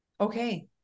Okay